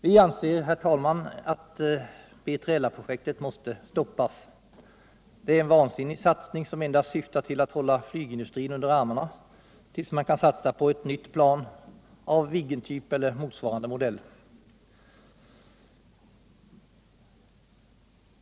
Vi anser, herr talman, att B3LA-projektet måste stoppas. Det är en vansinnig satsning, som endast syftar till att hålla flygindustrin under armarna tills man kan satsa på ett nytt plan av Viggentyp eller motsvarande modell.